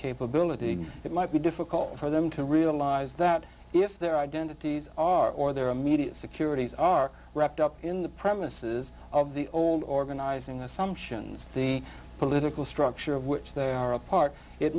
capability it might be difficult for them to realize that if their identities are or their immediate securities are wrapped up in the premises of the old organizing assumptions the political structure of which they are a part it